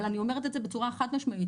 אבל אני אומרת את זה בצורה חד משמעית,